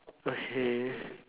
okay